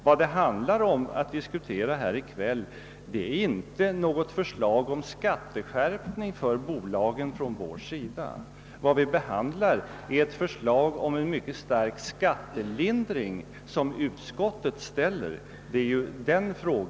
Vad vi i kväll diskuterar är inte ett förslag om skatteskärpning för bolagen utan ett förslag om en mycket kraftig skattelindring.